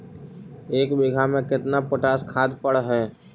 एक बिघा में केतना पोटास खाद पड़ है?